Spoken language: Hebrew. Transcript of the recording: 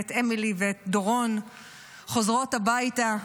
ואת אמילי ואת דורון חוזרות הביתה.